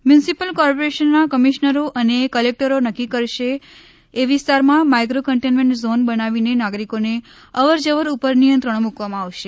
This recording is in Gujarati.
મ્યુનિસિપલ કોર્પોરેશનના કમિશનરો અને કલેકટરો નક્કી કરશે એ વિસ્તારમાં માઇક્રો કન્ટેન્ટમેન્ટ ઝોન બનાવીને નાગરિકોની અવર જવર ઉપર નિયંત્રણો મુકવામાં આવશે